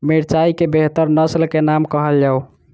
मिर्चाई केँ बेहतर नस्ल केँ नाम कहल जाउ?